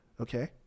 Okay